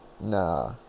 nah